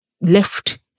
left